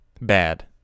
bad